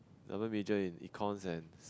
double major in econs and